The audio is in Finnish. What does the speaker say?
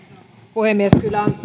puhemies kyllä